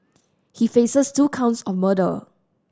he faces two counts on murder